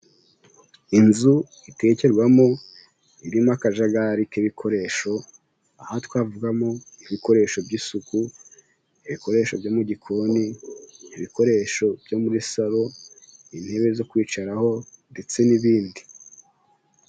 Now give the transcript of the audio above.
Inzu itekerwamo, irimo akajagari k'ibikoresho, aha twavugamo ibikoresho by'isuku, ibikoresho byo mu gikoni, ibikoresho byo muri salo, intebe zo kwicaraho, ndetse n'ibindi.